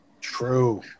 True